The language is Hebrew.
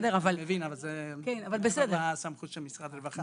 אני מבין, אבל זאת הסמכות של משרד הרווחה.